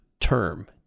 term